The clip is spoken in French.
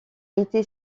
été